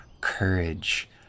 courage